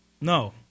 No